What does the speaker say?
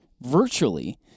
virtually